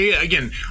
again